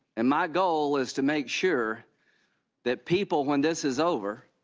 and my goal is to make sure that people, when this is over,